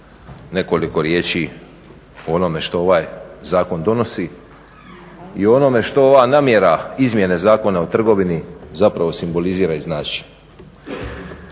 nekoliko riječi o onome što ovaj zakon donosi i o onome što ova namjera izmjene Zakona o trgovini zapravo simbolizira i znači.